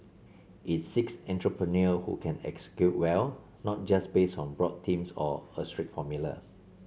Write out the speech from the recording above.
it seeks entrepreneur who can execute well not just based on broad themes or a strict formula